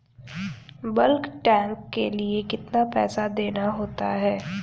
Bulk tank के लिए कितना पैसा देना होता है?